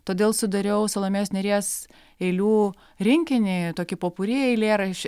todėl sudariau salomėjos nėries eilių rinkinį tokį popuri eilėraš